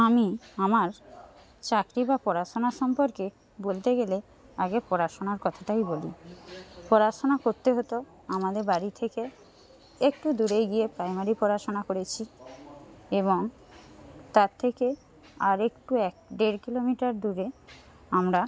আমি আমার চাকরি বা পড়াশোনা সম্পর্কে বলতে গেলে আগে পড়াশোনার কথাটাই বলি পড়াশোনা করতে হত আমাদের বাড়ি থেকে একটু দূরে গিয়ে প্রাইমারি পড়াশোনা করেছি এবং তার থেকে আরেকটু এক দেড় কিলোমিটার দূরে আমরা